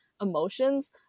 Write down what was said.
emotions